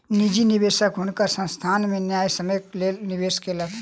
निजी निवेशक हुनकर संस्थान में न्यायसम्यक लेल निवेश केलक